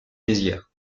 mézières